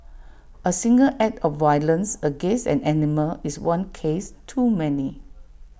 A single act of violence against an animal is one case too many